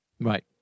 Right